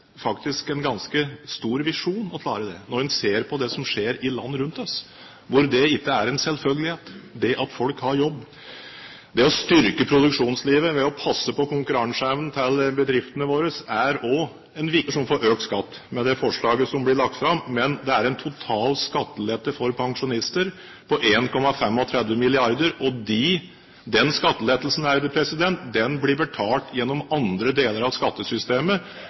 faktisk en ganske stor visjon å klare det, når en ser på det som skjer i land rundt oss, hvor det ikke er en selvfølgelighet at folk har jobb. Det å styrke produksjonslivet ved å passe på konkurranseevnen til bedriftene våre er også en viktig visjon i politikken, og i tillegg å lette et lite mindretall som ikke har fått den samme velstandsutviklingen som vi andre. Jeg mener at de tre i sum beskriver en vei framover og en visjon for det denne regjeringen skal jobbe med framover. Det er